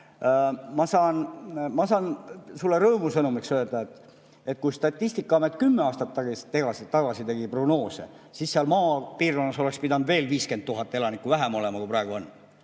Ma saan sulle rõõmusõnumina öelda, et kui Statistikaamet kümme aastat tagasi tegi prognoose, siis maapiirkonnas oleks pidanud veel 50 000 elanikku vähem olema, kui praegu on.